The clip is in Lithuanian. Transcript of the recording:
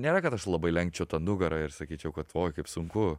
nėra kad aš labai lenkčiau tą nugarą ir sakyčiau kad oi kaip sunku